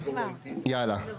יאללה.